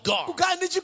God